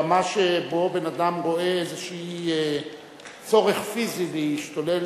דוהרים ברמה שבן-אדם רואה איזה צורך פיזי להשתולל,